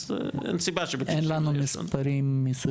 אז אין סיבה ש- אין לנו מספרים מסוימים,